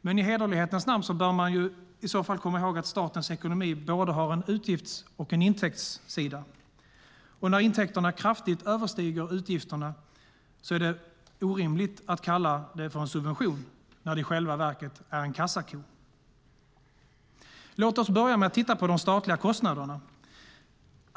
men i hederlighetens namn bör man i så fall komma ihåg att statens ekonomi har både en utgifts och en intäktssida. När intäkterna kraftigt överstiger utgifterna är det orimligt att kalla det en subvention, när det i själva verket är en kassako. Låt oss börja med att titta på de statliga kostnaderna!